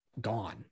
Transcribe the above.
gone